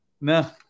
No